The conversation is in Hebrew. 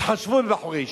התחשבו בבחורי ישיבה.